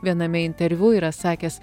viename interviu yra sakęs